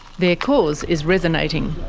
their cause is resonating.